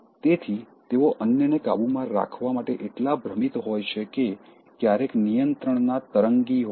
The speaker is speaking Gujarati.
તેથી તેઓ અન્યને કાબૂમાં રાખવા માટે એટલા ભ્રમિત હોય છે કે ક્યારેક નિયંત્રણનાં તરંગી હોય છે